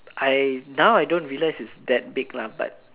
I now I don't realise it's that big lah but